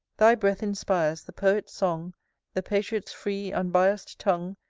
thy breath inspires the poet's song the patriot's free, unbiass'd tongue,